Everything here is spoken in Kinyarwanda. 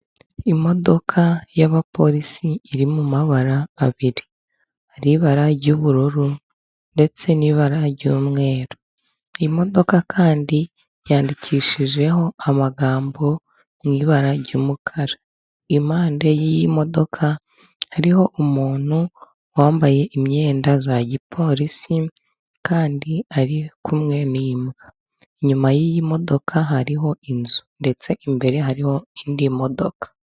Imodoka y'abapolisi iri mu mabara abiri, hari ibara ry'ubururu ndetse n'ibara ry'umweru, imodoka kandi yandikishijeho amagambo mu ibara ry'umukara, impande y'iyi modoka hariho umuntu wambaye imyenda ya gipolisi kandi ari kumwe n'imbwa, inyuma y'iyi modoka hariho inzu ndetse imbere hariho indi modoka.